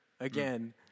again